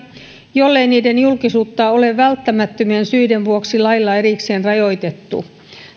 jollei niiden julkisuutta ole välttämättömien syiden vuoksi lailla erikseen rajoitettu